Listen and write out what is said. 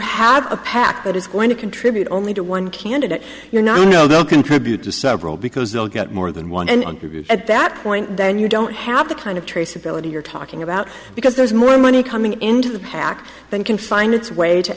have a pac that is going to contribute only to one candidate you know no they'll contribute to several because they'll get more than one and at that point then you don't have the kind of traceability you're talking about because there's more money coming into the pac than can find its way to